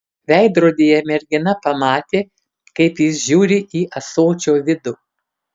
veidrodyje mergina pamatė kaip jis žiūri į ąsočio vidų